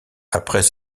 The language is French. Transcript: après